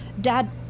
Dad